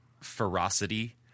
ferocity